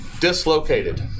dislocated